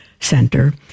center